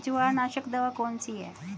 जवारनाशक दवा कौन सी है?